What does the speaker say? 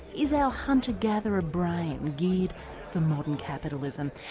is our hunter gatherer brain geared for modern capitalism?